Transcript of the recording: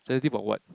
sensitive about what